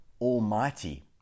Almighty